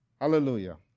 Hallelujah